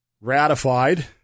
ratified